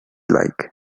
like